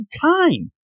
time